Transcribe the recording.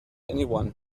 anyone